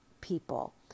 people